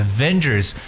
Avengers